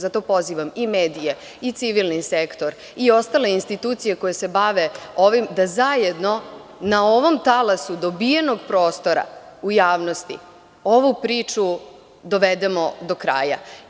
Zato pozivam i medije i civilni sektor i ostale institucije koje se bave ovim, da zajedno na ovom talasu dobijenog prostora u javnosti ovu priču dovedemo do kraja.